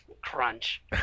Crunch